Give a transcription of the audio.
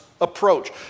Approach